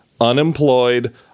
unemployed